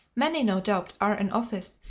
many, no doubt, are in office,